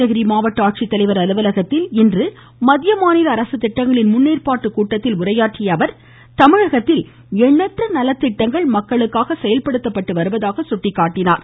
கிருஷ்ணகிரி மாவட்ட ஆட்சித்தலைவர் அலுவலகத்தில் இன்று மத்திய மாநில அரசு திட்டங்களின் முன்னேற்பாட்டு கூட்டத்தில் உரையாற்றிய அவர் தமிழகத்தில் எண்ணற்ற நலத்திட்டங்கள் செயல்படுத்தப்பட்டு வருவதாக சுட்டிக்காட்டினார்